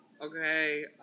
okay